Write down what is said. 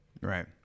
Right